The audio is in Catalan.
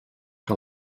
que